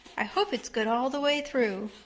i hope it's good all the way through.